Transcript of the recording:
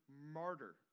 martyr